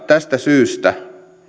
tästä syystä